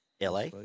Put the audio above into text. LA